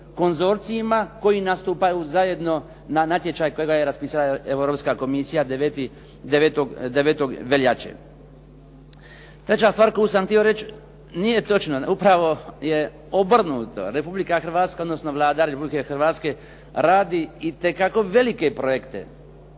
konzorcijima koji nastupaju zajedno na natječaj kojega je raspisala Europska komisija 9. veljače. Treća stvar koju sam htio reći, nije točno upravo je obrnuto. Republika Hrvatska odnosno Vlada Republike Hrvatske radi itekako velike projekte